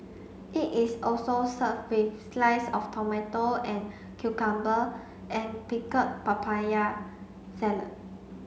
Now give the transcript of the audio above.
it is also served with slice of tomato and cucumber and pickled papaya salad